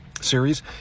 series